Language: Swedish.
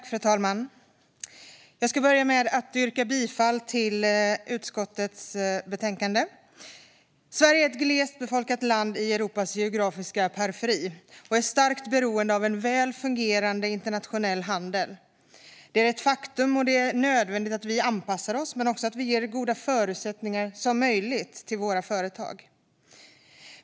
Fru talman! Jag ska börja med att yrka bifall till förslaget i utskottets betänkande. Sverige är ett glest befolkat land i Europas geografiska periferi och är starkt beroende av en väl fungerande internationell handel. Detta är ett faktum, och det är nödvändigt att vi anpassar oss men också att vi ger så goda förutsättningar som möjligt till våra företag.